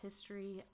history